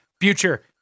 future